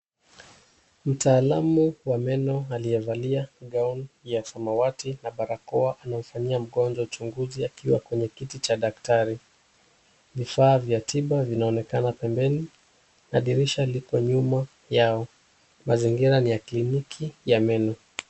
Mtaalamu wa meno aliyevalia gauni ya samawati na barakoa anamfanyia mgonjwa uchunguzi akiwa kwenye kiti cha daktari. Vifaa vya tiba vinaonekana pembeni na dirisha yao nyuma yao. Mazingira ni ya kliniki ya meno.